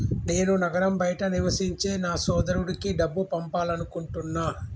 నేను నగరం బయట నివసించే నా సోదరుడికి డబ్బు పంపాలనుకుంటున్నా